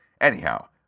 anyhow